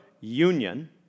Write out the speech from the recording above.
union